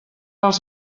als